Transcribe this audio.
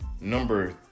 number